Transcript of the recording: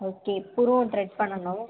okay புருவம் thread பண்ணனும்